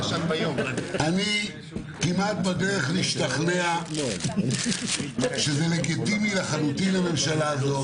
אני כמעט בדרך להשתכנע שזה לגיטימי לחלוטין הממשלה הזאת.